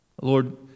Lord